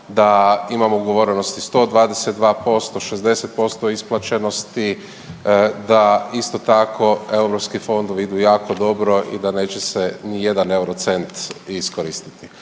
da imamo ugovorenosti 122%, 60% isplaćenosti, da isto tako europski fondovi idu jako dobro i da neće se nijedan eurocent iskoristiti.